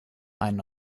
einen